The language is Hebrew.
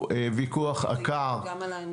יש פה דרך אגב צו של בית הדין הארצי לעבודה,